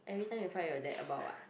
every time you find your dad about what